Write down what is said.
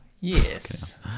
Yes